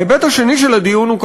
ההיבט השני של הדיון הוא,